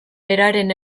beraren